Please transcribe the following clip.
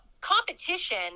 competition